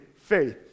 faith